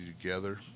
together